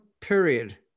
period